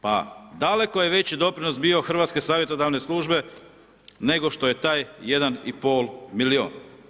Pa daleko je veći doprinos bio Hrvatske savjetodavne službe nego što je taj 1,5 milijun.